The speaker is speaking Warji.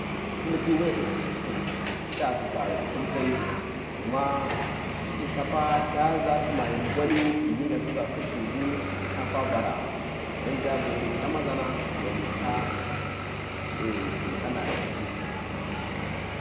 Fulkhi we`e, to ca sika ghidi fulkayi'i gma cici ci sapa`a, caza tuma ghi ragwani ghi hi ndaka ga khirtizu ca kwa varaa yan zha be c`amazana ghani ltha ghi hala yan tahyiyi taza.